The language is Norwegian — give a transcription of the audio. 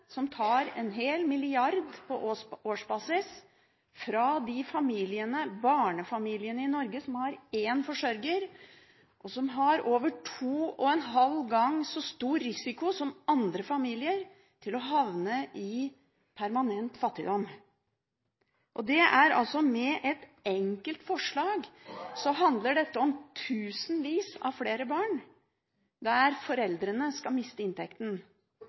som tar en hel milliard på årsbasis fra de barnefamiliene i Norge som har én forsørger, og som har over to og en halv gang så stor risiko som andre familier for å havne i permanent fattigdom. Med et enkelt forslag så handler dette om tusenvis av flere barn i en situasjon der foreldrene skal miste inntekten.